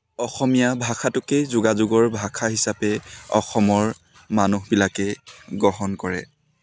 অসমীয়া ভাষাটোকেই যোগাযোগৰ ভাষা হিচাপে অসমৰ মানুহবিলাকে গ্ৰহণ কৰে